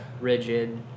Rigid